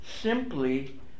simply